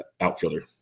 outfielder